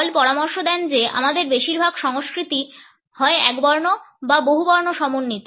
হল পরামর্শ দেন যে আমাদের বেশিরভাগ সংস্কৃতি হয় একবর্ণ বা বহুবর্ণ সমন্বিত